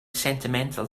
sentimental